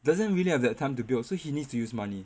doesn't really have that time to build so he needs to use money